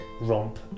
romp